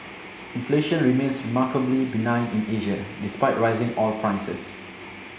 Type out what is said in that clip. inflation remains remarkably benign in Asia despite rising oil prices